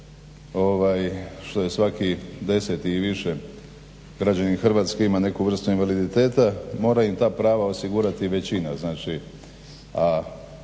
što je svaki deseti i više građanin Hrvatske ima neku vrstu invaliditeta mora im ta prava osigurati većina.